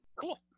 Cool